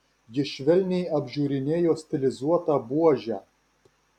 ji švelniai apžiūrinėjo stilizuotą buožę